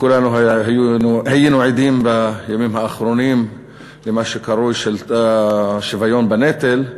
כולנו היינו עדים בימים האחרונים למה שקרוי השוויון בנטל,